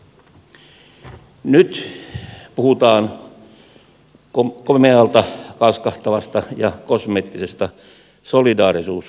nyt puhutaan komealta kalskahtavasta ja kosmeettisesta solidaarisuusverosta